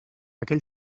aquell